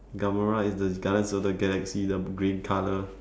gamora is the guardians of the galaxy the green colour